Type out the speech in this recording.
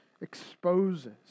exposes